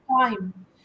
time